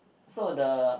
so the